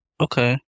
Okay